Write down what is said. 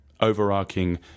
overarching